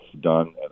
done